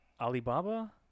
Alibaba